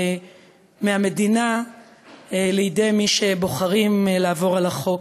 מהמדינה לידי מי שבוחרים לעבור על החוק.